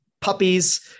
puppies